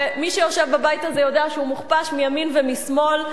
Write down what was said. ומי שיושב בבית הזה יודע שהוא מוכפש מימין ומשמאל.